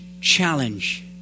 challenge